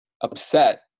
upset